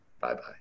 Bye-bye